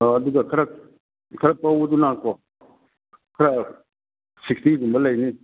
ꯑꯣ ꯑꯗꯨꯒ ꯈꯔ ꯈꯔ ꯄꯧꯕꯗꯨꯅꯀꯣ ꯈꯔ ꯁꯤꯛꯁꯇꯤꯒꯨꯝꯕ ꯂꯩꯅꯤ